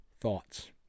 thoughts